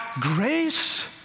grace